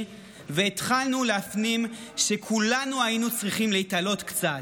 והתחלנו להפנים שכולנו היינו צריכים להתעלות קצת.